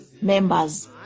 members